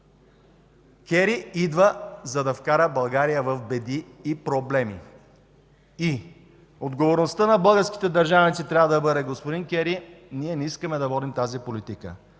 Кери идва, за да вкара България в беди и проблеми. Отговорността на българските държавници трябва да бъде: господин Кери, ние не искаме да водим тази политика.